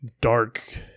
dark